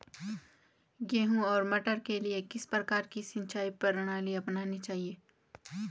गेहूँ और मटर के लिए किस प्रकार की सिंचाई प्रणाली अपनानी चाहिये?